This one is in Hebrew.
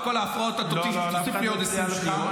על כל ההפרעות תוסיף לי עוד 20 שניות.